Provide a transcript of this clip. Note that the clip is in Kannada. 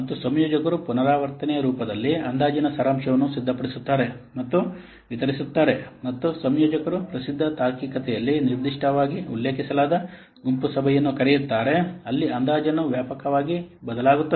ಮತ್ತು ಸಂಯೋಜಕರು ಪುನರಾವರ್ತನೆಯ ರೂಪದಲ್ಲಿ ಅಂದಾಜಿನ ಸಾರಾಂಶವನ್ನು ಸಿದ್ಧಪಡಿಸುತ್ತಾರೆ ಮತ್ತು ವಿತರಿಸುತ್ತಾರೆ ಮತ್ತು ಸಂಯೋಜಕರು ಪ್ರಸಿದ್ಧ ತಾರ್ಕಿಕತೆಯಲ್ಲಿ ನಿರ್ದಿಷ್ಟವಾಗಿ ಉಲ್ಲೇಖಿಸಲಾದ ಗುಂಪು ಸಭೆಯನ್ನು ಕರೆಯುತ್ತಾರೆ ಅಲ್ಲಿ ಅಂದಾಜನ್ನು ವ್ಯಾಪಕವಾಗಿ ಬದಲಾಗುತ್ತದೆ